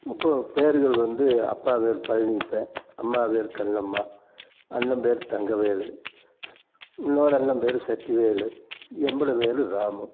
இப்போது பேர்கள் வந்து அப்பா பேரு பழனியப்பன் அம்மா பேரு கண்ணம்மா அண்ணன் பேரு தங்கவேலு இன்னொரு அண்ணன் பேரு சக்திவேலு எம்புட பேரு ராமு